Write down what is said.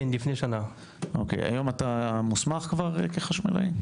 האם אתה מוסמך כבר היום כחשמלאי?